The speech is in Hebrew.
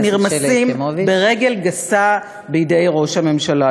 והם נרמסים ברגל גסה בידי ראש הממשלה.